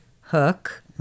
hook